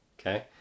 Okay